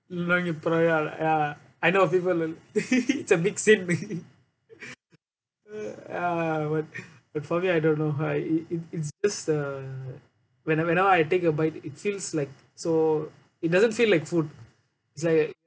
learn your prayer lah ya I know of people will it's a big sin ya but for me I don't know how it it's just a whenever whenever I take a bite it feels like so it doesn't feel like food it's like